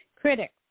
critics